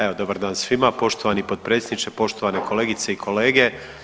Evo, dobar dan svima, poštovani potpredsjedniče, poštovani kolegice i kolege.